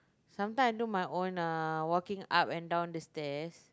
sometime I do my own uh walking up and down the stairs